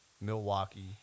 Milwaukee